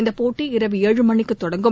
இந்தப் போட்டி இரவு ஏழு மணிக்கு தொடங்கும்